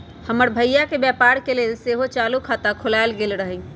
हमर भइया के व्यापार के लेल सेहो चालू खता खोलायल गेल रहइ